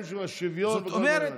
לפי הדברים של השוויון וכל הדברים האלה,